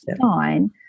fine